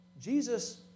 Jesus